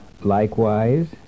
likewise